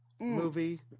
movie